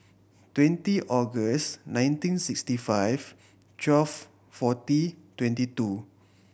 twenty August nineteen sixty five twelve forty twenty two